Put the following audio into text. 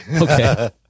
Okay